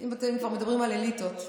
אם אתם כבר מדברים על אליטות.